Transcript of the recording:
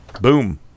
boom